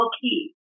key